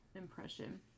impression